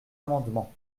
amendement